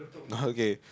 okay